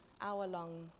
hour-long